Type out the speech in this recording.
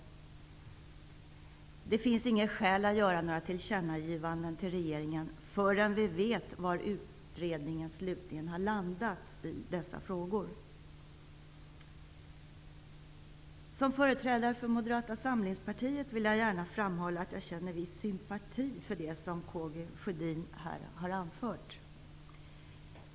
Det finns inget skäl att göra några tillkännagivanden till regeringen förrän vi vet var utredningen slutligen landar i dessa frågor. Som företrädare för Moderata samlingspartiet vill jag gärna framhålla att jag känner viss sympati för det som K G Sjödin här har anfört.